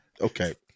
Okay